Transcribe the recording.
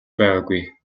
байгаагүй